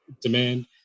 demand